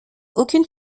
aucune